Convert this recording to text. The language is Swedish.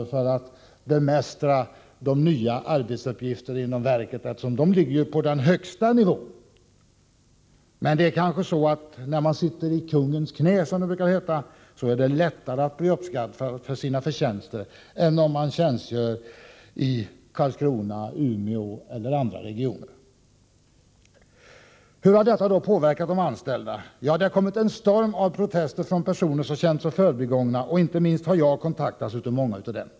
Det gäller ju att bemästra nya arbetsuppgifter inom verket, vilka ligger på högsta nivå. Men det är kanske så att om man ”sitter i kungens knä”, som det brukar heta, är det lättare att bli uppskattad för sina förtjänster än om man tjänstgör i Karlskrona eller Umeå eller i andra regioner. Hur har detta påverkat de anställda? Jo, det har kommit en storm av protester från personer som känt sig förbigångna, och inte minst har jag kontaktats av många av dem.